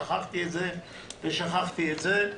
שכחתי את זה ושכחתי את זה.